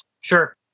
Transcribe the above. Sure